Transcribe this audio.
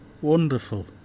Wonderful